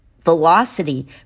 velocity